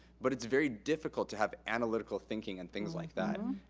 but it's very difficult to have analytical thinking and things like that.